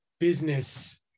business